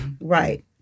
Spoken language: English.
Right